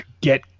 get